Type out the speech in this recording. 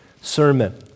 sermon